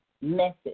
message